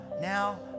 now